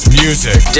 music